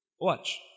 Watch